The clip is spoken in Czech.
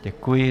Děkuji.